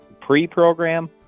pre-program